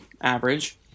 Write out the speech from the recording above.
average